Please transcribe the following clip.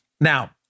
now